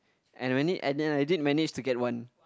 and and then I did manage to get one